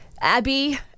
Abby